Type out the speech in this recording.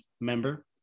member